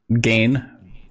Gain